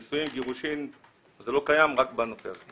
נישואין, גירושין, זה לא קיים, רק בנושא הזה.